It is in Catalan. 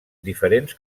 diferents